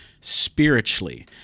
spiritually